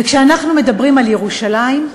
וכשאנחנו מדברים על ירושלים,